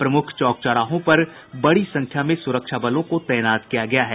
प्रमुख चौक चौराहों पर बड़ी संख्या में सुरक्षा बलों को भी तैनाती की गयी है